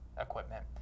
equipment